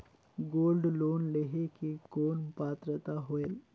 Gold loan लेहे के कौन पात्रता होएल?